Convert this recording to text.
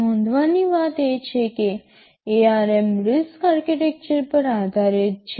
નોંધવાની વાત એ છે કે ARM RISC આર્કિટેક્ચર પર આધારિત છે